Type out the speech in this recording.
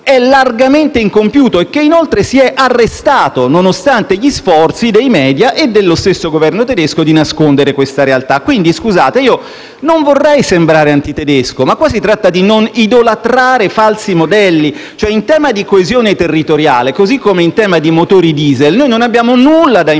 è largamente incompiuto e che inoltre si è arrestato, nonostante gli sforzi dei *media* e dello stesso Governo tedesco di nascondere questa realtà. Quindi, scusate, non vorrei sembrare antitedesco, ma qui si tratta di non idolatrare falsi modelli: in tema di coesione territoriale, così come in tema di motori *diesel*, noi non abbiamo nulla da imparare